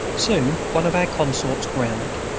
soon one of our consorts grounded,